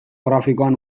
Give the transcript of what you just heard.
grafikoan